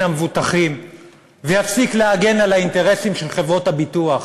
המבוטחים ויפסיק להגן על האינטרסים של חברות הביטוח.